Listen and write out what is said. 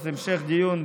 המשך דיון,